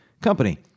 company